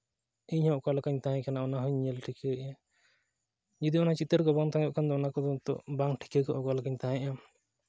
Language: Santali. ᱤᱧ ᱦᱚᱸ ᱚᱠᱟ ᱞᱮᱠᱟᱧ ᱛᱟᱦᱮᱸ ᱠᱟᱱᱟ ᱚᱱᱟ ᱦᱚᱸᱧ ᱧᱮᱞ ᱴᱷᱤᱠᱟᱹᱭᱮᱫᱼᱟ ᱡᱩᱫᱤ ᱚᱱᱟ ᱪᱤᱛᱟᱹᱨ ᱠᱚ ᱵᱟᱝ ᱛᱟᱦᱮᱸ ᱠᱚ ᱠᱷᱟᱱ ᱫᱚ ᱚᱱᱟ ᱠᱚ ᱱᱤᱛᱚᱜ ᱵᱟᱝ ᱴᱷᱤᱠᱟᱹ ᱠᱚᱜ ᱚᱠᱟᱞᱮᱠᱟᱧ ᱛᱟᱦᱮᱸᱫᱼᱟ